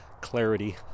clarity